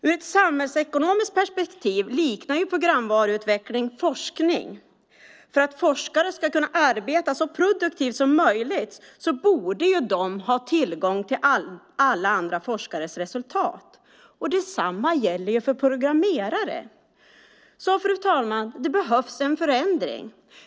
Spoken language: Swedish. Ur ett samhällsekonomiskt perspektiv liknar programvaruutveckling forskning. För att forskare ska kunna arbeta så produktivt som möjligt borde de ha tillgång till alla andra forskares resultat, och detsamma gäller för programmerare. Fru talman! Det behövs en förändring.